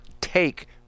take